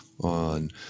on